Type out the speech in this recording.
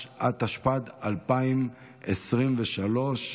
התשפ"ד 2023,